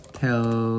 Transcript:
tell